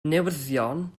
newyddion